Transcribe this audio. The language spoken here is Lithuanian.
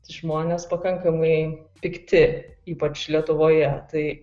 tai žmonės pakankamai pikti ypač lietuvoje tai